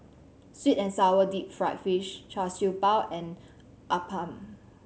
sweet and sour deep fried fish Char Siew Bao and appam